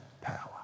power